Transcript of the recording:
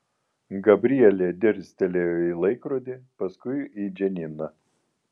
gabrielė dirstelėjo į laikrodį paskui į džaniną